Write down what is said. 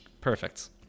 perfect